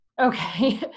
okay